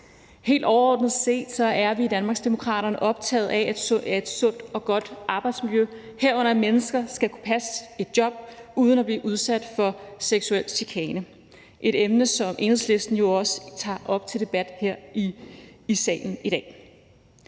Helt overordnet set er vi i Danmarksdemokraterne optaget af et sundt og godt arbejdsmiljø, herunder at mennesker skal kunne passe et job uden at blive udsat for seksuel chikane, et emne, som Enhedslisten jo også tager op til debat her i salen i dag.